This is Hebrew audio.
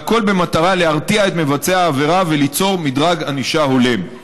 הכול במטרה להרתיע את מבצעי העבירה וליצור מדרג ענישה הולם.